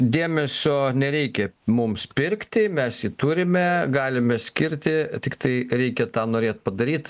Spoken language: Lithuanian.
dėmesio nereikia mums pirkti mes jį turime galime skirti tiktai reikia norėt padaryt